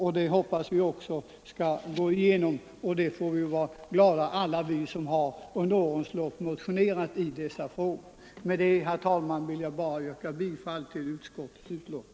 Om riksdagen sedan, som vi hoppas, bifaller förslaget, får vi alla som under årens lopp har motionerat i dessa frågor vara glada. Med detta, herr talman, vill jag yrka bifall till utskottets hemställan.